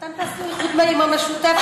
אתם תעשו איחוד עם המשותפת,